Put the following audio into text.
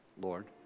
Lord